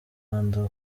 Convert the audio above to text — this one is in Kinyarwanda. yibanda